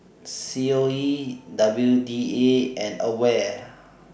C O E W D A and AWARE